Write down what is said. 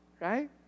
right